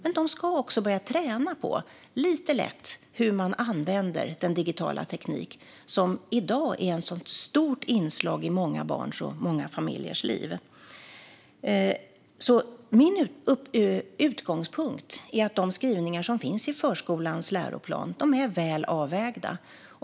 Men de ska också lite lätt börja träna på hur man använder den digitala teknik som i dag är ett sådant stort inslag i många barns och familjers liv. Min utgångspunkt är att de skrivningar som finns i förskolans läroplan är väl avvägda.